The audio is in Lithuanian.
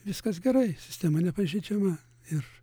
viskas gerai sistema nepažeidžiama ir